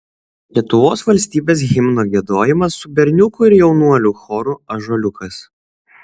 lietuvos valstybės himno giedojimas su berniukų ir jaunuolių choru ąžuoliukas